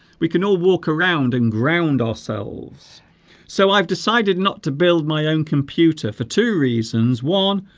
we can all walk around and ground ourselves so i've decided not to build my own computer for two reasons one